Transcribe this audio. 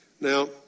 Now